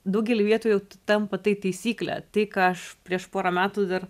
daugely vietų jau tampa tai taisykle tai ką aš prieš porą metų dar